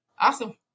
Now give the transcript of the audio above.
Awesome